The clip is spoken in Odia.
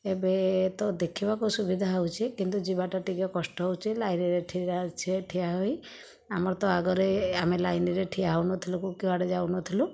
ଏବେ ତ ଦେଖିବାକୁ ସୁବିଧା ହେଉଛି କିନ୍ତୁ ଯିବାଟା ଟିକିଏ କଷ୍ଟ ହେଉଛି ଲାଇନ୍ରେ ଠିଆ ହୋଇ ଆମର ତ ଆଗରେ ଆମେ ଲାଇନ୍ରେ ଠିଆ ହେଉନଥିଲୁ କି କୁଆଡ଼େ ଯାଉନଥିଲୁ